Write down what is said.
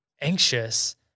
anxious